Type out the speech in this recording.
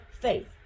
faith